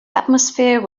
atmosphere